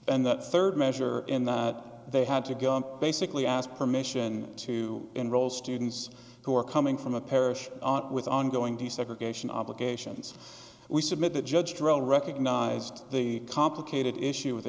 and that third measure and that they had to go and basically ask permission to enroll students who are coming from a parish with ongoing desegregation obligations we submitted judge drone recognized the complicated issue with